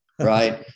Right